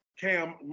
Cam